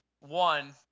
one